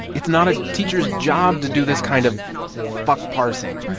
it's not a teacher's job to do this kind of fuck-parsing.